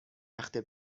وقته